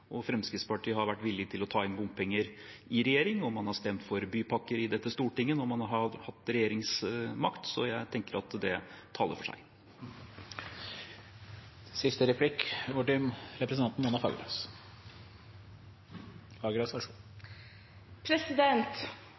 Fremskrittspartiet har vært villig til å ta inn bompenger i regjering, og man har stemt for bypakker i dette Stortinget når man har hatt regjeringsmakt. Så jeg tenker at det taler for seg.